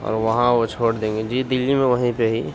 اور وہاں وہ چھوڑ دیں گے جی دلی میں وہیں پہ ہی